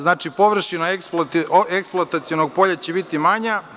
Znači, površina eksploatacionog polja će biti manja.